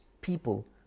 people